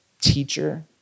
teacher